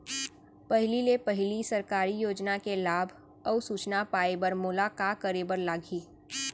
पहिले ले पहिली सरकारी योजना के लाभ अऊ सूचना पाए बर मोला का करे बर लागही?